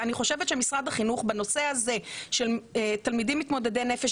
אני חושבת שמשרד החינוך בנושא הזה של תלמידים מתמודדי נפש